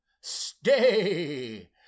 Stay